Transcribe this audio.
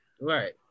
Right